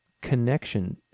connection